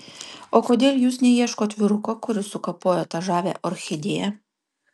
o kodėl jūs neieškot vyruko kuris sukapojo tą žavią orchidėją